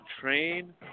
train